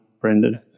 Brendan